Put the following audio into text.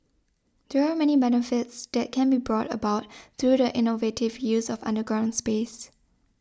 there are many benefits that can be brought about through the innovative use of underground space